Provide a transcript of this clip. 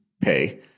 pay